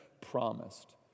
promised